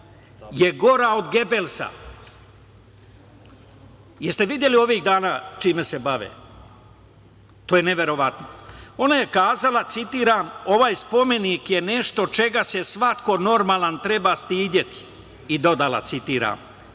je gora od Gebelsa. Jeste videli ovih dana čime se bave. To je neverovatno. Ona je kazala, citiram: „Ovaj spomenik je nešto čega se svako normalan treba stideti“ i dodala, citiram: